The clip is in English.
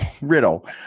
Riddle